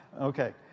Okay